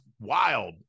wild